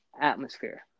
atmosphere